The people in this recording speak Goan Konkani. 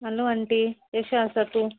हलो आंटी एशें आसा तूं